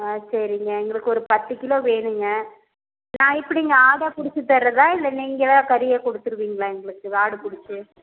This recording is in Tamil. சரிங்க எங்களுக்கு ஒரு பத்து கிலோ வேணுங்க நான் எப்படிங்க ஆடாக பிடிச்சி தரதா இல்லை நீங்களாக கறியா கொடுத்துடுவீங்களா எங்களுக்கு ஆடு பிடிச்சி